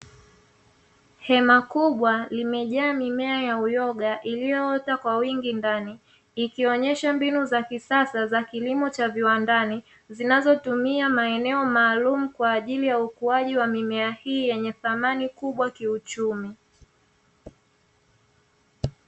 Hema kubwa limejaa mimea ya uyoga iliyoota kwa wingi ndani, ikionyesha mbinu za kisasa ya kilimo cha viwandani zinachotumia maeneo maalumu, kwa ajili ya ukuaji wa mimea hii yenye thamani kubwa kiuchimi.